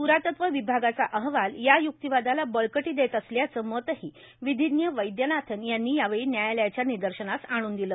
पुरातत्व विभागाचा अहवाल या युक्तिवादाला बळकटी देत असल्याचं मतही विधीज्ञ वैद्यनाथन यांनी यावेळी न्यायालयाच्या निदर्शनास आणून दिलं